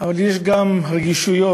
אבל יש גם רגישויות,